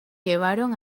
llevaron